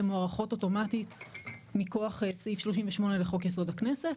מוארכות אוטומטית מכח סעיף 38 לחוק יסוד הכנסת